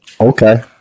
Okay